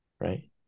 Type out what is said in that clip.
right